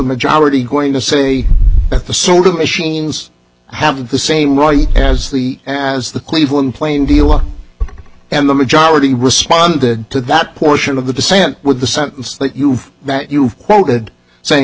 majority going to say that the soda machines have the same right as the as the cleveland plain dealer and the majority responded to that portion of the dissent with the sentence that you've that you've quoted saying